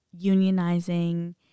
unionizing